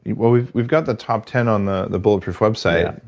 you know we've we've got the top ten on the the bulletproof website,